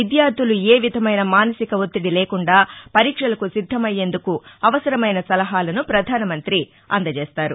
విద్యార్దులు ఏ విధమైన మానసిక ఒత్తిది లేకుండా పరీక్షలకు సిద్దమయ్యేందుకు అవసరమైన సలహాలను ప్రధాన మంత్రి అందచేస్తారు